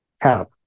help